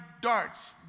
darts